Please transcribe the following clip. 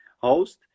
host